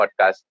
podcast